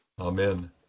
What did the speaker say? Amen